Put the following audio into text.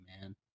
man